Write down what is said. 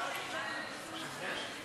של חברי הכנסת אילן גילאון ועליזה לביא.